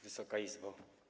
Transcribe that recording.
Wysoka Izbo!